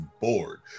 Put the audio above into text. bored